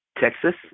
Texas